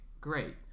Great